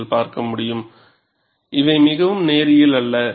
நீங்கள் பார்க்க முடியும் இது மிகவும் நேரியல் அல்ல